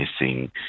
missing